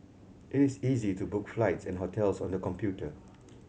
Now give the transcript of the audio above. it is easy to book flights and hotels on the computer